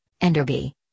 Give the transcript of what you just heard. Enderby